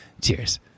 Cheers